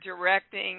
directing